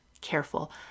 Careful